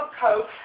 Coke